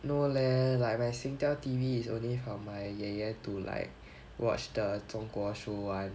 no leh like my Singtel T_V is only for my 爷爷 to like watch the 中国 show [one]